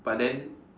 but then